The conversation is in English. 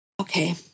Okay